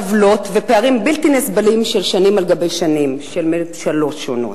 עוולות ופערים בלתי נסבלים של שנים על גבי שנים של ממשלות שונות.